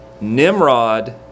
Nimrod